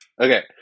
Okay